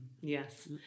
yes